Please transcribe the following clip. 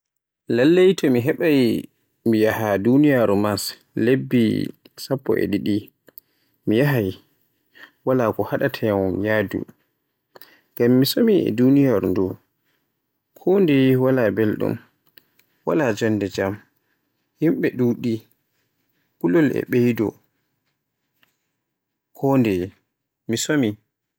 Lallai to mi heɓaay mi yaha duniyaaru Mars lebbi sappo e ɗiɗi mi yahaay, wala ko haɗaata yam yahaadu, ngam mi somi e duniyaaru ndu, kon deye wala belɗum, wala jonnde jam, yimɓe ɗuɗi, gulol e ɓeydo, kondeye mi somi.